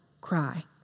cry